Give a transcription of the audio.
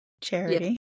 Charity